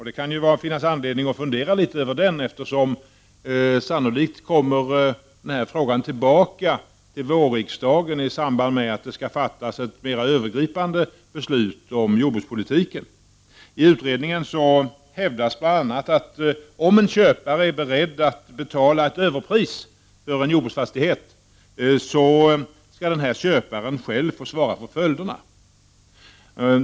Det kan ju finnas anledning att fundera litet över den här utredningen, eftersom frågan sannolikt kommer tillbaka till vårriksdagen i samband med att det skall fattas ett mera övergripande beslut om jordbrukspolitiken. I utredningen hävdas bl.a. att om en köpare är beredd att betala ett överpris för en jordbruksfastighet, skall köparen själv få svara för följderna.